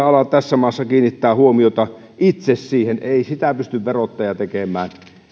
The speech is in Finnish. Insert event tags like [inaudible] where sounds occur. [unintelligible] ala tässä maassa itse kiinnittää huomiota siihen niin ei sitä pysty verottaja tekemään